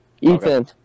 Ethan